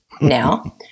Now